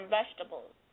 vegetables